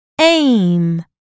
Aim